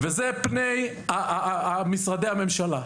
אלה פני משרדי הממשלה.